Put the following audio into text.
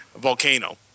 volcano